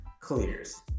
Clears